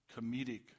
comedic